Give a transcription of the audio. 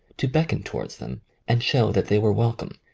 to beckon towards them and show that they were welcome.